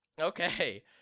Okay